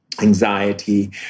anxiety